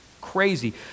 crazy